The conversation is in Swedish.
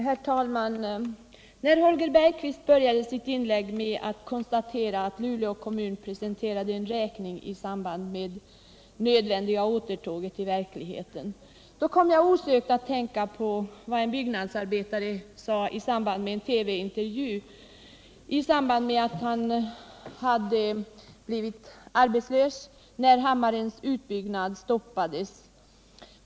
Herr talman! När Holger Bergqvist började sitt inlägg med att konstatera att Luleå kommun presenterade en räkning i samband med det nödvändiga återtåget till verkligheten, kom jag osökt att tänka på vad en byggnadsarbetare sade vid en TV-intervju. Han hade blivit arbetslös när Hammarens utbyggnad stoppades.